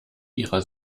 ihrer